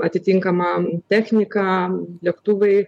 atitinkama technika lėktuvai